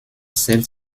zählt